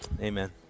Amen